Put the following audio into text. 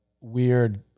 weird